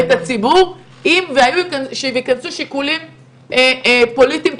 אתם תאבדו את הציבור אם ייכנסו שיקולים פוליטיים כאלה ואחרים.